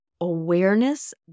Awareness